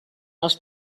els